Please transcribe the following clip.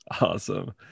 Awesome